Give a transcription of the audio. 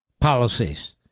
policies